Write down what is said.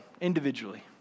individually